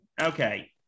Okay